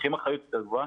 לוקחים אחריות יותר גבוהה,